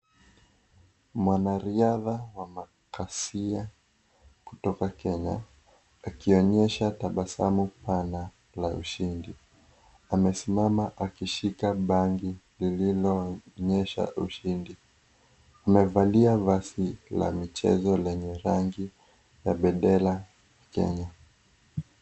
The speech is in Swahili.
Mwanariadha wa makasia kutoka Kenya akionyesha tabasamu pana la ushindi. Amesimama akishika bango lililoonyesha ushindi. Amevalia vazi la mchezo lenye rangi ya pendera ya Kenya.